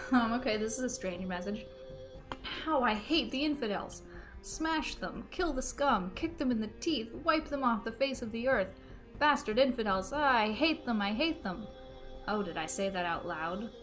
um okay this is a strange message how i hate the infidels smash them kill the scum kick them in the teeth wipe them off the face of the earth faster didn't fidel sigh i hate them i hate them oh did i say that out loud